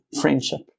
friendship